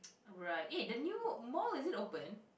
right eh the new mall is it open